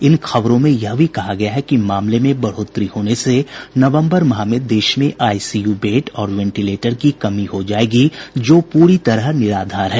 इन खबरों में यह भी कहा गया है कि मामले में बढ़ोतरी होने से नवम्बर माह में देश में आईसीयू बेड और वेंटिलेटर की कमी हो जायेगी जो प्ररी तरह निराधार है